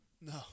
No